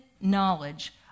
knowledge